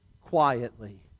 quietly